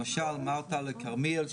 למשל אמרת לכרמיאל,